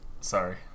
Sorry